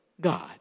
God